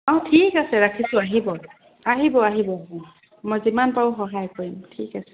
অঁ ঠিক আছে ৰাখিছোঁ আহিব আহিব আহিব মই যিমান পাৰোঁ সহায় কৰিম ঠিক আছে